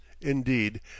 indeed